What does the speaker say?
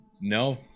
No